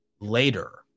later